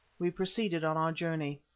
we proceeded on our journey.